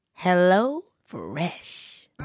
HelloFresh